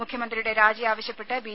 മുഖ്യമന്ത്രിയുടെ രാജി ആവശ്യപ്പെട്ട് ബി